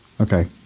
Okay